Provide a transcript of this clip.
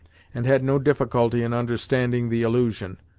and had no difficulty in understanding the allusion,